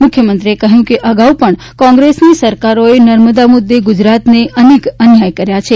મુખ્યમંત્રીએ કહ્યું કે અગાઉ પણ કોંગ્રેસની સરકારોએ નર્મદા મુદ્દે ગુજરાતને અનેક અન્યાય કર્યા છે